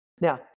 Now